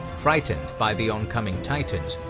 frightened by the oncoming titans,